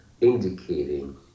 indicating